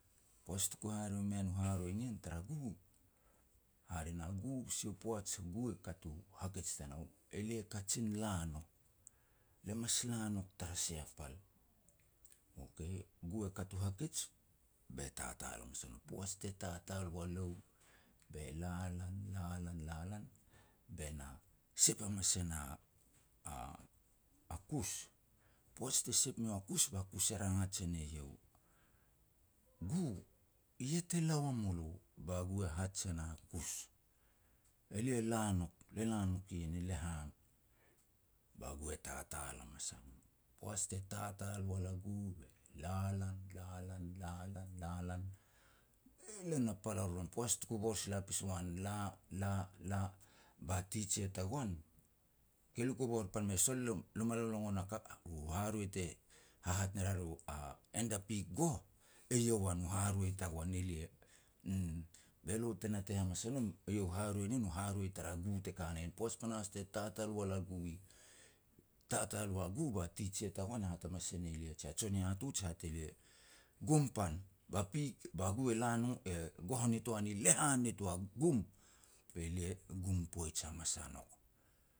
Poaj tuku haroi mean u haroi nien tara gu, hare na gu sia u poaj gu e kat e no hakej tanou, "Elia kajin la nouk, le mas la nouk tara sia pal". Okay, gu e kaj u hakej be tatal hamas a no. Poaj te tatal ua lou, be la lan, la lan, la lan, be na sep hamas e na a-a-a kus. Poaj te sep miau a kus ba kus e rangaj e ne iau, "Gu, i yah te la wa mulo", ba gu e haj e na kus, "Elia la nouk, le la nouk ien i lehan", ba gu e tatal hamas a no. Poaj te tatal wal a gu be la lan, la lan, la lan, la lan, lei lan a pal a roron. Poaj tuku bor sela pas u an la, la, la, ba teacher tagoan tuku bor sila pas uan la, la, la, ba teacher tagoan, ke lia ku bor pan mei sol lo-lo ma lolongon a ka u haharoi te hahat ne ria ru a, "en da pik goh", eiau an u haroi tagoan elia, uum. Be lo te natei hamas e nom, eiau u haroi nien u haroi tara gu te ka na ien. Poaj panahas te tatal wal a gu i, tatal wa gu ba teacher tagoan e hat hamas e ne lia, jia jon hihatuj e haj elia, "Gum pan. Ba pik ba gu e la no e 'goh' nitoa ni lehan nitoa, gum". Be lia gum poaj hamas a nouk.